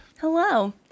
Hello